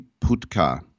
Putka